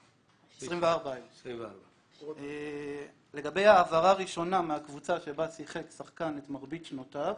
24. לגבי ההעברה ראשונה מהקבוצה בה שיחק שחקן את מרבית שנותיו,